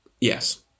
Yes